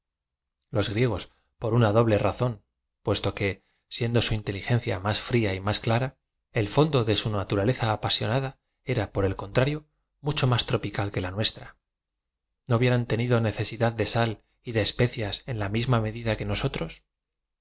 las griegos por una doble razón puesto que siendo su inteligencia más fría y más clara el fondo de su na turaleza apasionada era por el contrario mucho más tropical que la nue tra no hubieran tenido necesidad de eal y de especias en la misma medida que nos